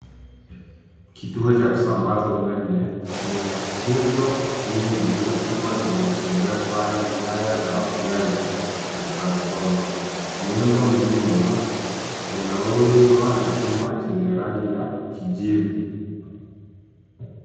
Kituo cha kusambaza umeme chenye nguzo nyingi na chuma zinazobeba nyaya za umeme na transfoma. Muundo mzima unaundwa na chuma chenye rangi ya kijivu.